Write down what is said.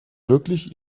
wirklich